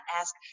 ask